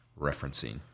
referencing